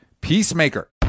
peacemaker